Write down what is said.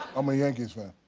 i'm a yankees fan.